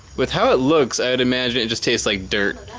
with how it looks i would imagine it just tastes like dirt,